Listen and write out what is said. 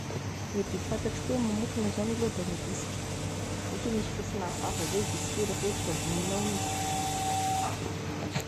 Ny biby fantatro koa oe mamofona zagny aloha da ny visika, satria misy fofona hafahafa zay io visika io, rehefa ohatry ka voninao izy.